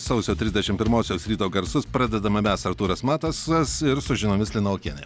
sausio trisdešim pirmosios ryto garsus pradedame mes artūras matasas ir su žiniomis lina okienė